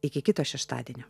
iki kito šeštadienio